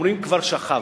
אומרים כבר שכב.